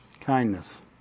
Kindness